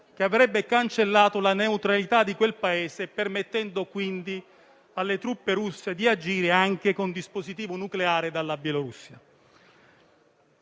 che avrebbe cancellato la neutralità di quel Paese, permettendo, quindi, alle truppe russe di agire, anche con dispositivo nucleare, dalla Bielorussia.